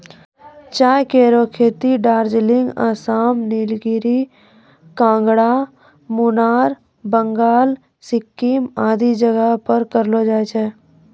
चाय केरो खेती दार्जिलिंग, आसाम, नीलगिरी, कांगड़ा, मुनार, बंगाल, सिक्किम आदि जगह पर करलो जाय छै